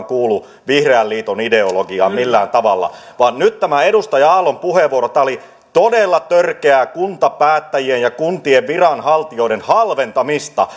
kuulu vihreän liiton ideologiaan millään tavalla nyt edustaja aallon puheenvuoro oli todella törkeää kuntapäättäjien ja kuntien viranhaltijoiden halventamista